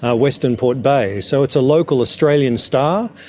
ah westernport bay. so it's a local australian star,